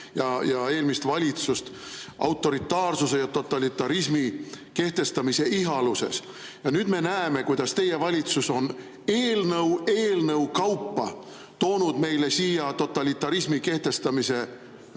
ja eelmist valitsust autoritaarsuse ja totalitarismi kehtestamise ihaluses. Ja nüüd me näeme, kuidas teie valitsus on eelnõu eelnõu kaupa toonud meile siia totalitarismi kehtestamise punkte,